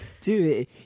Dude